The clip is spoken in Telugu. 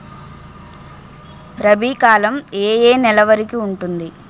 రబీ కాలం ఏ ఏ నెల వరికి ఉంటుంది?